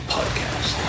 Podcast